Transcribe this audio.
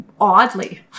oddly